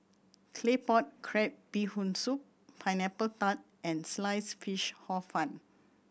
Claypot Crab Bee Hoon Soup Pineapple Tart and Sliced Fish Hor Fun